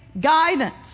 guidance